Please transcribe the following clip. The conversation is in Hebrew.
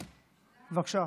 בבקשה.